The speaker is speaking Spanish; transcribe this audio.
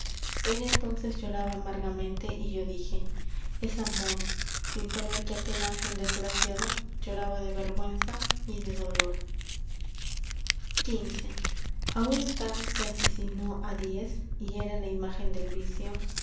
ella entonces lloraba amargamente y yo dije es amor aquel ángel desgraciado sin saber que lloraba de vergüenza y de dolor xv fun tal que asesinó á diez y era la imagen del vicio